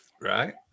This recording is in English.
right